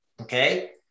Okay